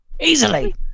Easily